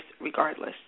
regardless